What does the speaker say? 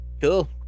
Cool